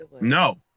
no